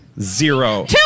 zero